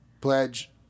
pledge